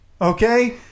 Okay